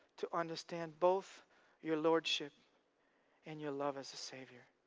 to understand both your lordship and your love as a saviour.